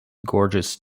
gorgeous